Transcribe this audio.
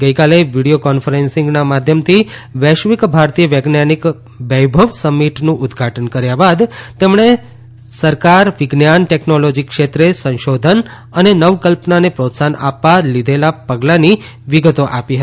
ગઇકાલે video conferencing માધ્યમથી વૈશ્વિક ભારતીય વૈજ્ઞાનીક વૈભવ સમીટનું ઉદઘાટન કર્યા બાદ તેમણે સરકારે વિજ્ઞાન ટેકનોલોજી ક્ષેત્રે સંશોધન અને નવકલ્પનાને પ્રોત્સાહન આપવા લીધેલા પગલાની વિગતો આપી હતી